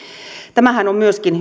tämähän on myöskin